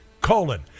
Colon